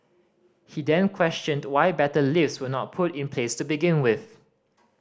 he then questioned why better lifts were not put in place to begin with